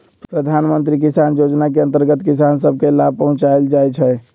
प्रधानमंत्री किसान जोजना के अंतर्गत किसान सभ के लाभ पहुंचाएल जाइ छइ